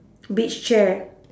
beach chair